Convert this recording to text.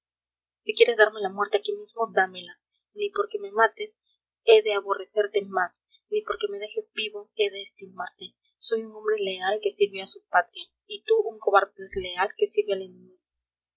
si quieres darme la muerte aquí mismo dámela ni porque me mates he de aborrecerte más ni porque me dejes vivo he de estimarte soy un hombre leal que sirve a su patria y tú un cobarde desleal que sirve